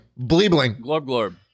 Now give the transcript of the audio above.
Bleebling